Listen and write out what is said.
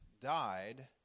died